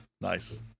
Nice